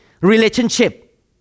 relationship